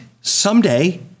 someday